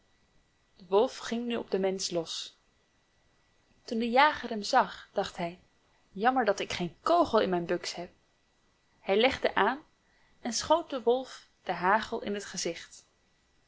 wolf ging nu op den mensch los toen de jager hem zag dacht hij jammer dat ik geen kogel op mijn buks heb hij legde aan en schoot den wolf den hagel in het gezicht